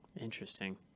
Interesting